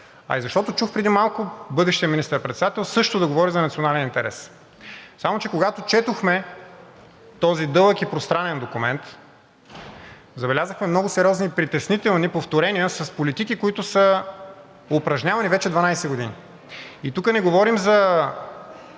а и защото чух преди малко бъдещия министър-председател също да говори за национален интерес. Само че когато четохме този дълъг и пространен документ, забелязахме много сериозни притеснителни повторения с политики, които са упражнявани вече 12 години. Тук не говорим за